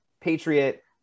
patriot